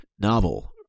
novel